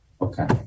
Okay